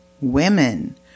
women